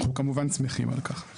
אנחנו כמובן שמחים על כך.